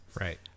Right